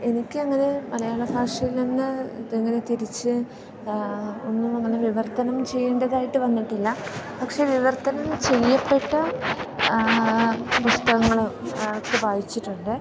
എനിക്കങ്ങനെ മലയാള ഭാഷയിൽനിന്ന് ഇതെങ്ങനെ തിരിച്ച് ഒന്നുമങ്ങനെ വിവർത്തനം ചെയ്യേണ്ടതായിട്ട് വന്നിട്ടില്ല പക്ഷെ വിവർത്തനം ചെയ്യപ്പെട്ട പുസ്തകങ്ങളോ ഒക്കെ വായിച്ചിട്ടുണ്ട്